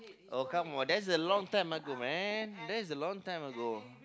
oh come on that's a long time ago man that's a long time ago